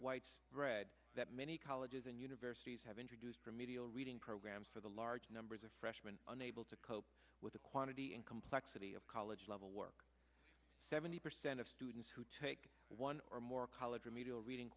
widespread that many colleges and universities have introduced for medial reading programs for the large numbers of freshman unable to cope with the quantity and complexity of college level work seventy percent of students who take one or more college remedial reading